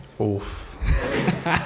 Oof